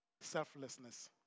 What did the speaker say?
Selflessness